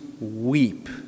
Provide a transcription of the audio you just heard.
weep